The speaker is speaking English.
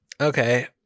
Okay